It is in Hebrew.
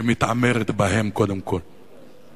שמתעמרת בהם קודם כול.